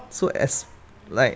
so as like